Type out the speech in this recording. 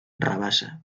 rabassa